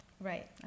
Right